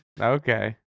Okay